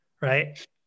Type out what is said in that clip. right